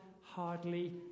hardly